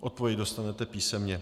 Odpověď dostanete písemně.